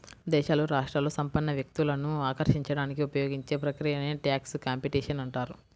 దేశాలు, రాష్ట్రాలు సంపన్న వ్యక్తులను ఆకర్షించడానికి ఉపయోగించే ప్రక్రియనే ట్యాక్స్ కాంపిటీషన్ అంటారు